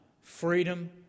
freedom